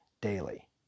daily